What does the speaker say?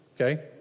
Okay